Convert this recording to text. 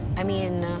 i mean,